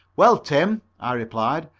well, tim, i replied,